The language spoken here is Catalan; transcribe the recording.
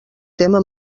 tema